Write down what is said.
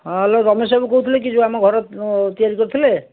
ହଁ ହ୍ୟାଲୋ ରମେଶ ବାବୁ କହୁଥିଲେ କି ଯେଉଁ ଆମ ଘର ତିଆରି କରିଥିଲେ